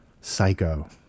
Psycho